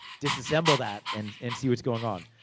disassemble that, and and see what's going on.